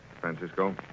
Francisco